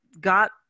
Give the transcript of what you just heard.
got